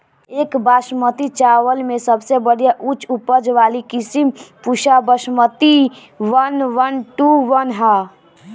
एक बासमती चावल में सबसे बढ़िया उच्च उपज वाली किस्म Pusa basmati one one two one ह?